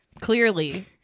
Clearly